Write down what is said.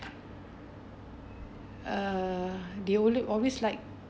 uh they only always like